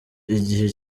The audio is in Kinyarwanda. igihe